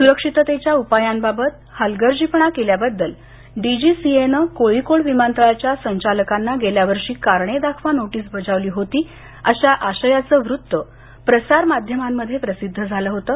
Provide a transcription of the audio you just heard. सुरक्षिततेच्या उपायांबाबत हलगर्जीपणा केल्याबद्दल डीजीसीएनं कोळिकोड विमानतळाच्या संचालकांना गेल्या वर्षी कारणे दाखवा नोटीस बजावली होती अशा आशयचं वृत्त प्रसार माध्यमांमध्ये प्रसिद्ध झालं होतं